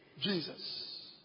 Jesus